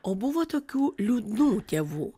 o buvo tokių liūdnų tėvų